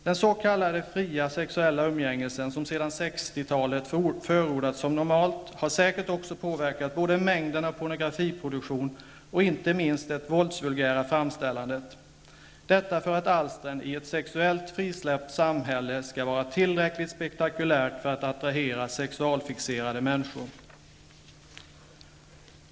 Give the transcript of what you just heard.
Det s.k. fria sexuella umgänget, som sedan 1960-talet förordats som normalt, har säkert också påverkat mängden av pornografisk produktion och inte minst det våldsvulgära framställandet, detta för att alstren i ett sexuellt frisläppt samhälle skall vara tillräckligt spektakulära för att attrahera sexualfixerade människor.